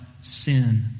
sin